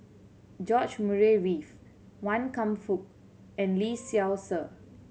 George Murray Reith Wan Kam Fook and Lee Seow Ser